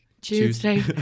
Tuesday